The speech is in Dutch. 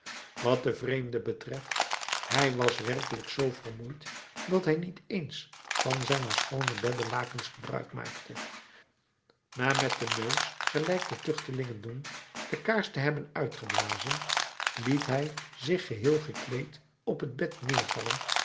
wat den vreemde betreft hij was werkelijk zoo vermoeid dat hij niet eens van zijne schoone beddelakens gebruik maakte na met den neus gelijk de tuchtelingen doen de kaars te hebben uitgeblazen liet hij zich geheel gekleed op het bed neervallen